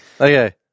Okay